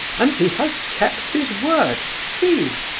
and he has kept his word, see!